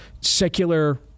secular